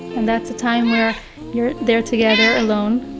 and that's the time where you're there together, alone,